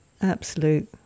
absolute